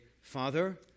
Father